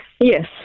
Yes